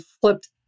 flipped